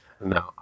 no